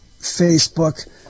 facebook